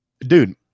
dude